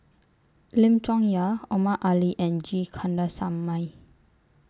Lim Chong Yah Omar Ali and G Kandasamy